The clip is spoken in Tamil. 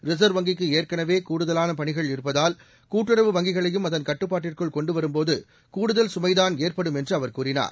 ரிசர்வ் வங்கிக்கு ஏற்கனவே கூடுதலான பணிகள் இருப்பதால் கூட்டுறவு வங்கிகளையும் அதன் கட்டுப்பாட்டிற்குள் கொண்டுவரும் போது கூடுதல் கமை தான் ஏற்படும் என்று அவர் கூறினார்